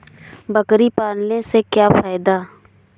बकरी पालने से क्या फायदा है?